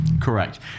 Correct